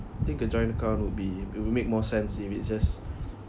I think a joint account would be it will make more sense if it's just